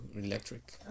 electric